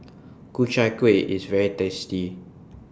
Ku Chai Kuih IS very tasty